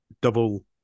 double